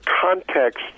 context